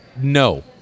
No